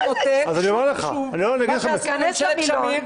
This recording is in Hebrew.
אתה נותן שוב ושוב מה שעשו ממשלת שמיר,